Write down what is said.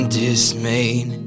dismayed